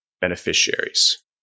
beneficiaries